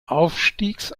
aufstiegs